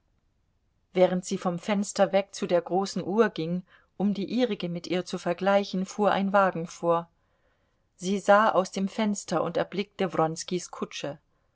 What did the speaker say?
während sie vom fenster weg zu der großen uhr ging um die ihrige mit ihr zu vergleichen fuhr ein wagen vor sie sah aus dem fenster und erblickte wronskis kutsche